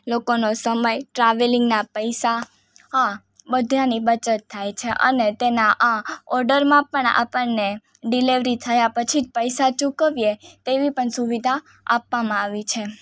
લોકોનો સમય ટ્રાવેલિંગના પૈસા આ બધાની બચત થાય છે અને તેના આ ઓર્ડરમાં પણ આપણને ડિલેવરી થયા પછી જ પૈસા ચૂકવીએ તેવી પણ સુવિધા આપવામાં આવી છે